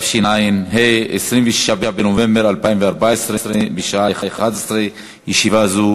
ברשות יושב-ראש הישיבה,